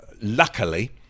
luckily